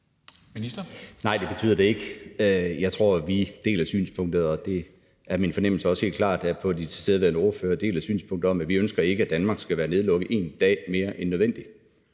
Nej, det betyder det ikke. Jeg tror, vi deler synspunktet, og at det er klart min fornemmelse, at de tilstedeværende ordførere også gør det, om, at vi ikke ønsker, at Danmark skal være nedlukket én dag mere end nødvendigt.